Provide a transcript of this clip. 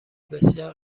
بسیار